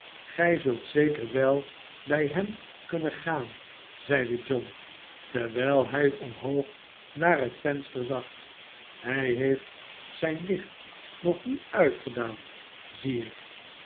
gij zult zeker wel bij hem kunnen gaan zeide john terwijl hij omhoog naar het venster zag hij heeft zijn licht nog niet uitgedaan zie ik